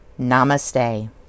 Namaste